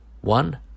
one